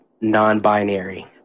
non-binary